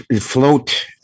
Float